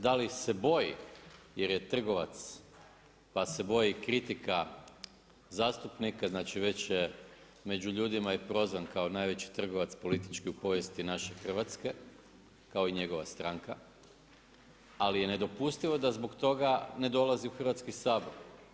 Da li se boji, jer je trgovac pa se boji kritika zastupnika, znači već je među ljudima i prozvan kao najveći trgovac političke povijesti naše Hrvatske, kao i njegova stranka, ali je nedopustivo da zbog toga ne dolazi u Hrvatski sabor.